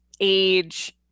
age